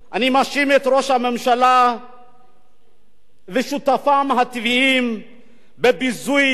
אני מאשים את ראש הממשלה ושותפיו הטבעיים בביזוי,